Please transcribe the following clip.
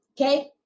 Okay